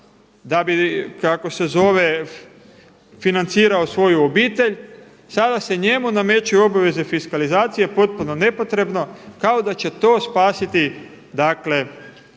da bi kako se zove financirao svoju obitelj. Sada se njemu nameću obveze fiskalizacije potpuno nepotrebno kako da će to spasiti dakle